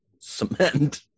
cement